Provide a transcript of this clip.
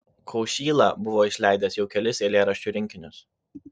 kaušyla buvo išleidęs jau kelis eilėraščių rinkinius